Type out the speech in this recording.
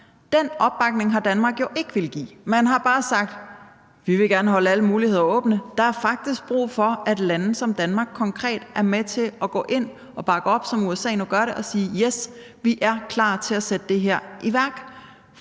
Den opbakning har Danmark jo ikke villet give. Man har bare sagt: Vi vil gerne holde alle muligheder åbne. Der er faktisk brug for, at lande som Danmark konkret er med til at gå ind og bakke op, som USA nu gør det, og at vi siger, at yes, vi er klar til at sætte det her i værk.